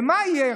ומה יהיה,